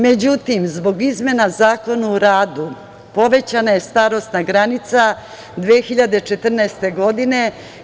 Međutim, zbog izmena Zakona o radu, povećana je starosna granica 2014. godine.